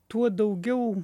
tuo daugiau